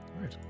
right